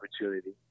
opportunity